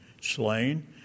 slain